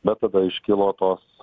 bet tada iškilo tos